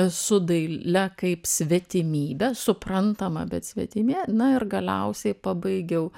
su daile kaip svetimybe suprantama bet svetime na ir galiausiai pabaigiau